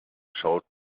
schaut